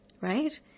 right